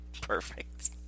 Perfect